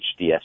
HDS